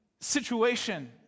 situation